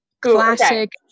classic